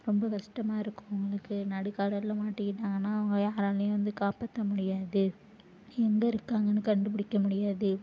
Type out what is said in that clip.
ரொம்ப கஷ்டமாக இருக்கும் அவங்களுக்கு நடுக்கடலில் மாட்டிக்கிட்டாங்கன்னா அவங்கள யாராலையும் வந்து காப்பாற்ற முடியாது எங்கே இருக்காங்கன்னு கண்டுபிடிக்க முடியாது